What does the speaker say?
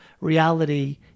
reality